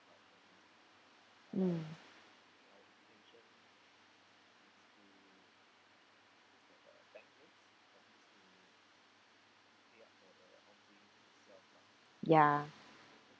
mm ya